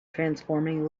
transforming